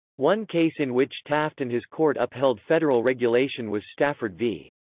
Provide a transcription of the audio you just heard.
one case in which taft and his court upheld federal regulation was stafford v.